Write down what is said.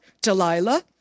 Delilah